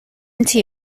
into